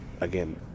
again